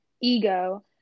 ego